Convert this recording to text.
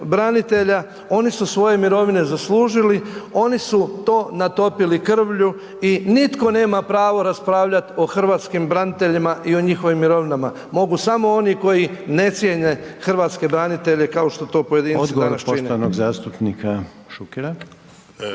oni su svoje mirovine zaslužili, oni su to natopili krvlju i nitko nema pravo raspravljati o hrvatskim braniteljima i o njihovim mirovinama, mogu samo oni koji ne cijene hrvatske branitelje kao što to pojedinci danas čine.